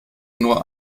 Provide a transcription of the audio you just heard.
nur